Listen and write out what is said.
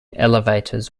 elevators